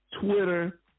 twitter